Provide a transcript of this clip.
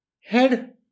Head